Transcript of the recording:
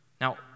Now